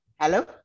hello